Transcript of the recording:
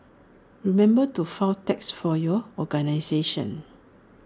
remember to file tax for your organisation